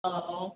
हाँ हाँ